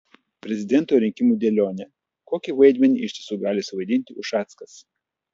prezidento rinkimų dėlionė kokį vaidmenį iš tiesų gali suvaidinti ušackas